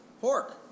Pork